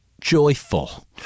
Joyful